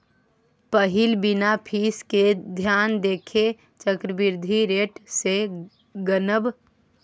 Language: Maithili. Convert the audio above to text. पहिल बिना फीस केँ ध्यान देने चक्रबृद्धि रेट सँ गनब